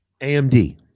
AMD